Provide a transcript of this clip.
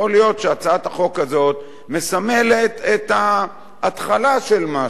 יכול להיות שהצעת החוק הזאת מסמלת את ההתחלה של משהו.